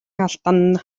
алдана